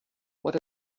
what